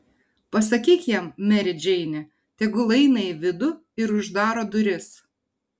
pasakyk jam mere džeine tegu eina į vidų ir uždaro duris